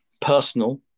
personal